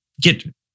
get